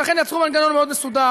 ולכן יצרו מנגנון מאוד מסודר,